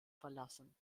verlassen